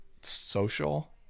social